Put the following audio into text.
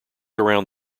around